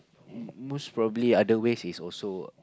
most probably other ways is also